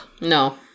No